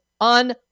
on